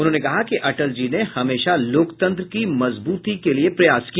उन्होंने कहा कि अटल जी ने हमेशा लोकतंत्र की मजबूती के लिये प्रयास किया